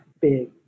Big